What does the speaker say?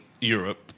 Europe